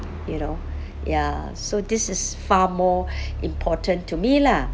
you know ya so this is far more important to me lah